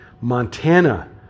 Montana